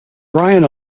bryan